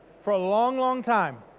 for a long long time,